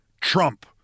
Trump